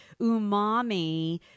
umami